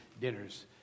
dinners